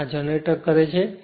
અને આ વધુ જનરેટ કરે છે